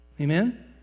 Amen